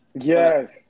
Yes